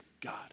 God